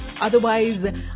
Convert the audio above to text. Otherwise